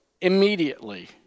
immediately